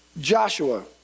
Joshua